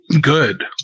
Good